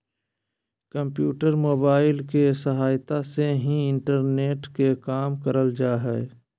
computer, mobile के सहायता से ही इंटरनेट के काम करल जा हय